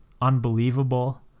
unbelievable